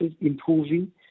improving